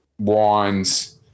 Wines